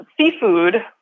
seafood